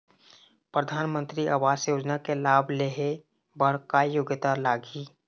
परधानमंतरी आवास योजना के लाभ ले हे बर का योग्यता लाग ही?